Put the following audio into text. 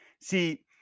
see